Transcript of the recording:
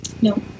No